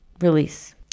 Release